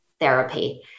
therapy